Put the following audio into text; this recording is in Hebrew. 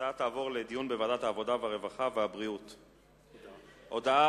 לוועדת העבודה, הרווחה והבריאות נתקבלה.